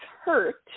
hurt